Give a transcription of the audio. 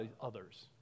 others